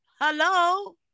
Hello